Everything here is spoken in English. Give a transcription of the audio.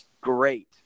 great